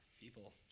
people